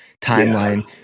timeline